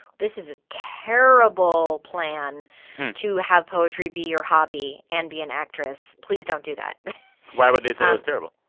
this is a terrible plan to have poetry be your hobby and be an actress please don't do that why would they say it was terrible?